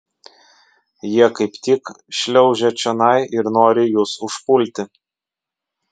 jie kaip tik šliaužia čionai ir nori jus užpulti